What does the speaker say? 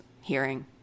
hearing